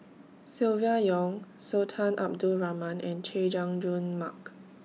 Silvia Yong Sultan Abdul Rahman and Chay Jung Jun Mark